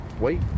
Wait